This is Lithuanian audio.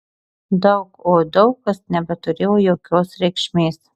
daug oi daug kas nebeturėjo jokios reikšmės